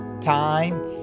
time